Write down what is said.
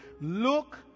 Look